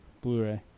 blu-ray